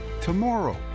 tomorrow